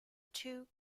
two